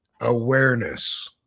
awareness